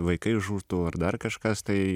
vaikai žūtų ar dar kažkas tai